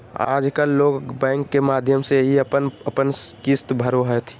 आजकल लोग बैंक के माध्यम से ही अपन अपन किश्त भरो हथिन